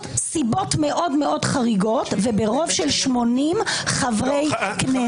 סיבות מאוד מאוד חריגות וברוב של 80 חברי כנסת.